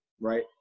right